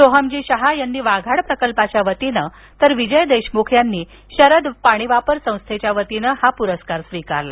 सोहोमजी शाह यांनी वाघाड प्रकल्पाच्या वतीने तर विजय देशमुख यांनी शरद पाणी वापर संस्थेच्या वतीने हा पुरस्कार स्वीकारला